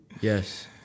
Yes